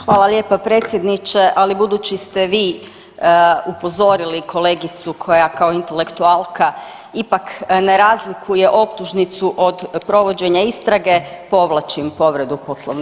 Hvala lijepa predsjedniče, ali budući ste vi upozorili kolegicu koja kao intelektualka ipak ne razlikuje optužnicu od provođenja istrage povlačim povredu Poslovnika.